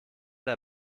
der